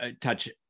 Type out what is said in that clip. touch